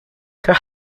there